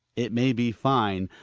it may be fine,